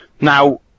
Now